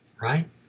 right